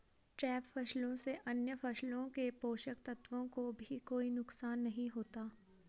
trap फसलों से अन्य फसलों के पोषक तत्वों को भी कोई नुकसान नहीं होता